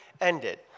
ended